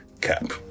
cap